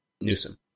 Newsom